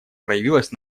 проявилась